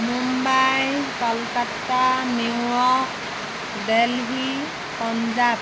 Mumbai Kolkata New York Delhi Punjab